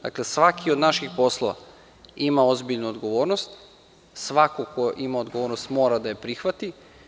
Dakle, svaki od naših poslova ima ozbiljnu odgovornost, svako ko ima odgovornost mora da je prihvati.